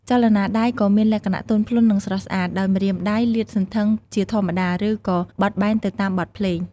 ចលនាដៃក៏មានលក្ខណៈទន់ភ្លន់ និងស្រស់ស្អាត ដោយម្រាមដៃលាតសន្ធឹងជាធម្មតា ឬក៏បត់បែនទៅតាមបទភ្លេង។